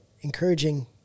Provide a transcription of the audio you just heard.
encouraging